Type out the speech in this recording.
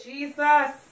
Jesus